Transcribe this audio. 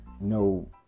no